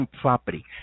property